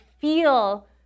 feel